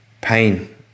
pain